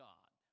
God